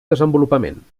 desenvolupament